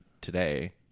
today